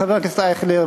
חבר הכנסת אייכלר,